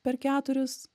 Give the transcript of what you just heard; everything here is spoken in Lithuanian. per keturis